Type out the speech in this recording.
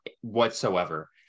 whatsoever